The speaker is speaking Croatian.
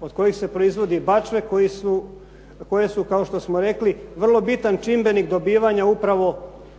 od kojih se proizvode bačve koje su kao što smo rekli vrlo bitan čimbenik dobivanja upravo